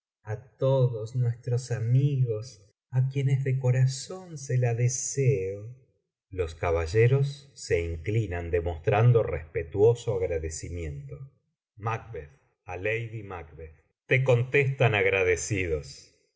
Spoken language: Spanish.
á todos nuestros amigos á quienes de corazón se la deseo los caballeros se inclinan demostrando respetuoso agradecimiento a lady mac te contestan agradecidos